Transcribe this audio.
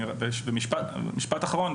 משפט אחרון.